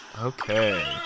Okay